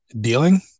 dealing